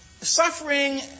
suffering